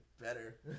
better